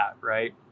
right